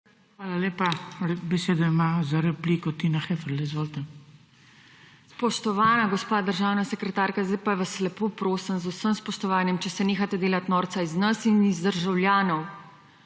Hvala lepa. Besedo ima za repliko Tina Heferle. Izvolite. **TINA HEFERLE (PS LMŠ):** Spoštovana gospa državna sekretarka, zdaj pa vas lepo prosim z vsem spoštovanjem, če se nehate delat norca iz nas in iz državljanov.